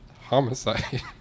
homicide